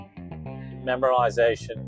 memorization